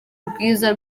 rwiza